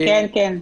כן, כן.